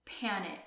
panic